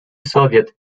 soviet